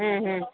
ह् ह्म्